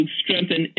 strengthen